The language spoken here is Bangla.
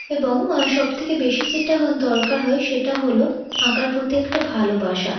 এবং সব থেকে বেশি যেটা দরকার হয় সেটা হল আঁকার প্রতি একটা ভালোবাসা